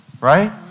right